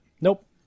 nope